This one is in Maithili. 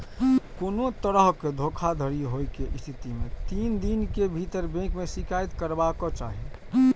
कोनो तरहक धोखाधड़ी होइ के स्थिति मे तीन दिन के भीतर बैंक के शिकायत करबाक चाही